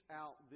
out